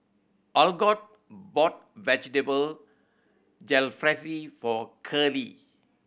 Algot bought Vegetable Jalfrezi for Curley